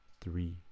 three